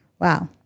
Wow